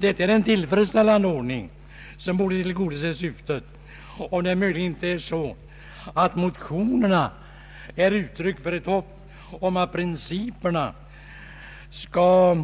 Detta är en tillfredsställande ordning, som borde tillgodose syftet — om det möjligen inte är så att motionerna är uttryck för ett hopp om att principerna skall